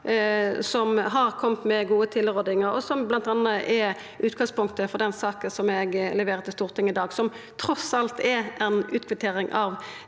som har kome med gode tilrådingar, som bl.a. er utgangspunktet for den saka som eg leverer til Stortinget i dag, som trass i alt er ei utkvittering av